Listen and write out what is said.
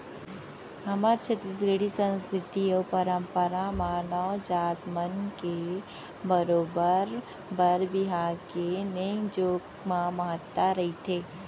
हमर छत्तीसगढ़ी संस्कृति अउ परम्परा म नाऊ जात मन के बरोबर बर बिहाव के नेंग जोग म महत्ता रथे